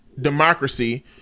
democracy